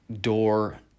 door